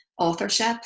authorship